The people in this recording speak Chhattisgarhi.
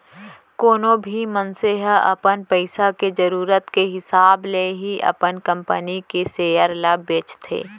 कोनो भी मनसे ह अपन पइसा के जरूरत के हिसाब ले ही अपन कंपनी के सेयर ल बेचथे